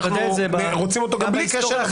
אנחנו רוצים אותו גם בלי קשר,